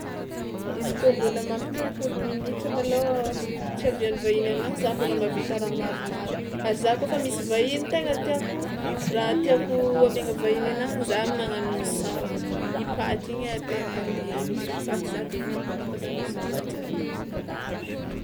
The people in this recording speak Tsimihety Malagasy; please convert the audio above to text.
Izy kôa mbôla mampy telopolo minitra malôha tsy ihavian'ny vahiny aminahy za mbôla mahavita raha maromaro, ary za kaofa misy vahiny tena tiàko raha tiako amiagna vahiny anahy za magnano misao, i paty igny ate- ali- mividy paty za de iny amboariko ata misao ho an-jare.